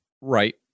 right